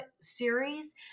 series